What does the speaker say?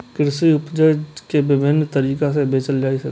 कृषि उपज कें विभिन्न तरीका सं बेचल जा सकै छै